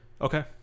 okay